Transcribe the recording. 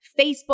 Facebook